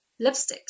lipsticks